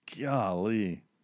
Golly